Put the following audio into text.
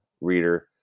reader